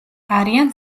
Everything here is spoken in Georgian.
არიან